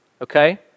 Okay